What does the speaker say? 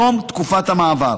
תום תקופת המעבר.